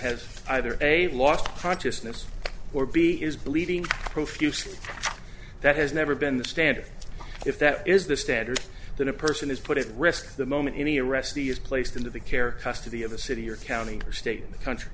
has either a lost consciousness or b is bleeding profusely that has never been the standard if that is the standard that a person is put at risk the moment any arrest he is placed into the care custody of a city or county or state country the count